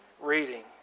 reading